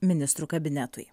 ministrų kabinetui